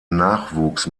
nachwuchs